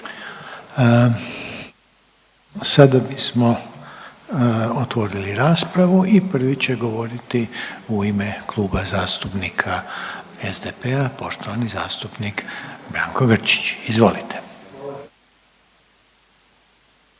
Sada bismo otvorili raspravu i prvi će govoriti u ime Kluba zastupnika SDP-a poštovani zastupnik Branko Grčić, izvolite.